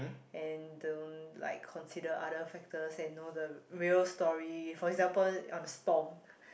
and don't like consider other factors and know the real story for example on Stomp